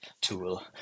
Tool